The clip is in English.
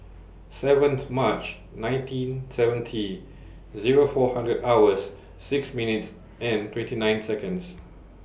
seventh March nineteen seventy Zero four hundred hours six minutes and twenty nine